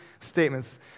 statements